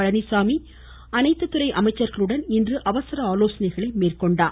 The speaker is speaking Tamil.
பழனிச்சாமி அனைத்து துறை அமைச்சர்களுடன் இன்று அவசர ஆலோசனைகளை மேற்கொண்டார்